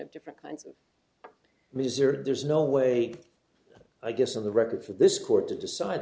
of different kinds of music there's no way i guess of the record for this court to decide